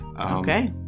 Okay